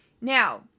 now